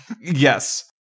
Yes